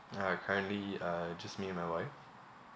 uh currently uh just me and my wife